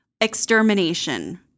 extermination